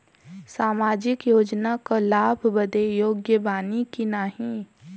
सामाजिक योजना क लाभ बदे योग्य बानी की नाही?